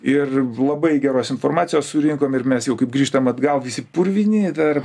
ir labai geros informacijos surinkom ir mes jau kaip grįžtam atgal visi purvini dar